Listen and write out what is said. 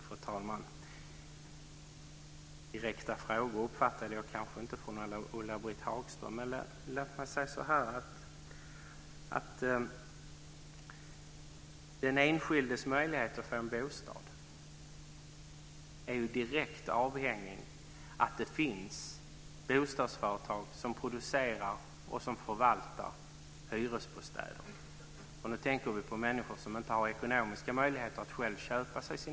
Fru talman! Några direkta frågor från Ulla-Britt Hagström uppfattade jag nog inte, men låt mig säga så här. Den enskildes möjlighet att få en bostad är direkt avhängig att det finns bostadsföretag som producerar och förvaltar hyresbostäder. Nu tänker vi på människor som inte har ekonomiska möjligheter att själva köpa sin bostad.